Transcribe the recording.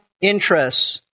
interests